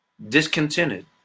discontented